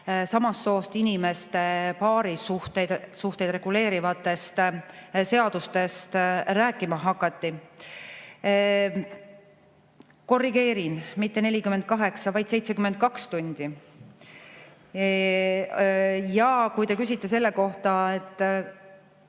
samast soost inimeste paarisuhteid reguleerivatest seadustest rääkima hakati. Korrigeerin: mitte 48, vaid 72 tundi. Ja kui te küsite selle kohta, et